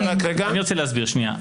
אני רוצה להסביר שנייה.